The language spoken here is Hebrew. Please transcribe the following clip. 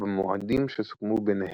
במועדים שסוכמו ביניהם,